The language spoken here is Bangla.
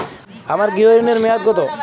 আমার গৃহ ঋণের মেয়াদ কত?